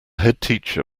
headteacher